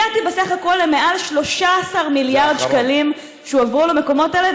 הגעתי בסך הכול למעל 13 מיליארד שקלים שהועברו למקומות האלה,